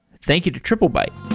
thank you to triplebyte